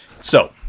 So-